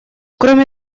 кроме